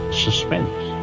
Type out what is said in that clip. suspense